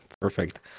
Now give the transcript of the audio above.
Perfect